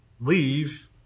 leave